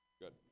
Good